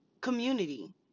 community